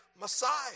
Messiah